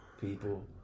people